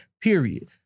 period